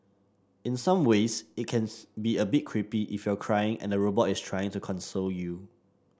in some ways it can be a bit creepy if you're crying and the robot is trying to console you